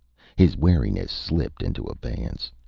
his wariness slipped into abeyance.